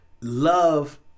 love